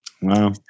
Wow